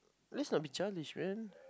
let's not be childish man